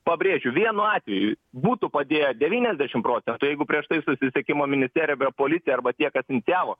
pabrėžiu vienu atveju būtų padėję devyniasdešim procentų jeigu prieš tai susisiekimo ministerija be policija arba tie kas inicijavo